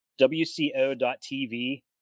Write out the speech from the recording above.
wco.tv